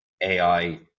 AI